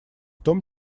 том